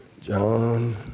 John